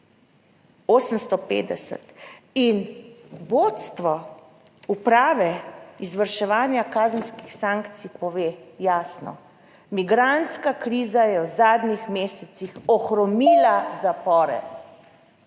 850. In vodstvo Uprave izvrševanja kazenskih sankcij pove jasno: migrantska kriza je v zadnjih mesecih ohromila zapore.